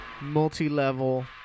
multi-level